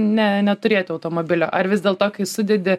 ne neturėti automobilio ar vis dėlto kai sudedi